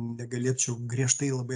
negalėčiau griežtai labai